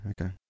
okay